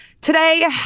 Today